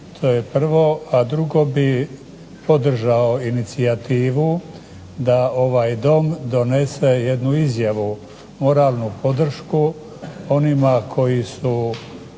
To je prvo. A drugo bih podržao inicijativu da ovaj Dom donese jednu izjavu, moralnu podršku onima koji